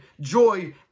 joy